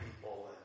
people